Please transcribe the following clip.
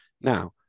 Now